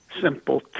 simple